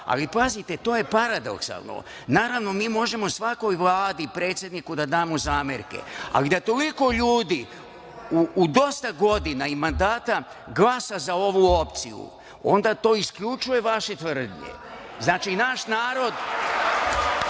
Ali, pazite, to je paradoksalno. Naravno, mi možemo svakoj vladi i predsedniku da damo zamerke, ali da toliko ljudi u dosta godina i mandata glasa za ovu opciju, onda to isključuje vaše tvrdnje. Zato je moj